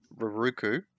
Ruruku